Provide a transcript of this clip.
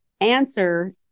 answer